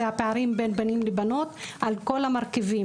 הפערים בין בנים לבנות על כל המרכיבים,